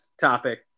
topic